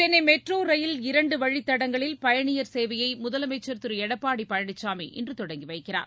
Chennai metro rail இரண்டு வழித்தடங்களில் பயணியர் சேவையை முதலமைச்சர் திரு எடப்பாடி பழனிசாமி இன்று தொடங்கி வைக்கிறார்